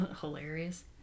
hilarious